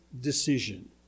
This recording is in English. decision